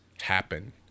happen